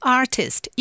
artist